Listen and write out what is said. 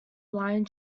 line